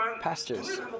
Pastors